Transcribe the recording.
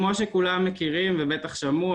כמו שכולם ומכירים ובטח שמעו,